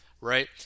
right